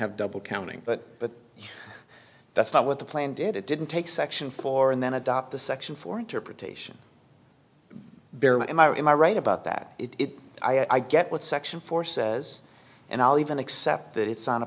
have double counting but but that's not what the plan did it didn't take section four and then adopt the section four interpretation beram am i or am i right about that it i get what section four says and i'll even accept that it's on